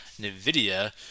NVIDIA